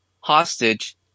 hostage